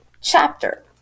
chapter